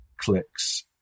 clicks